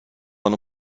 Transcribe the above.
ano